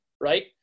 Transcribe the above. right